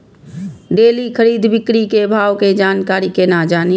Daily खरीद बिक्री के भाव के जानकारी केना जानी?